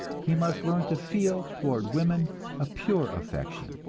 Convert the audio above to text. he must learn to feel toward women a pure affection,